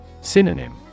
Synonym